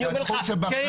אני אומר לך כן,